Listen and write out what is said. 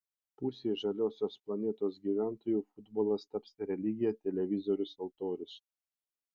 pusei žaliosios planetos gyventojų futbolas taps religija televizorius altorius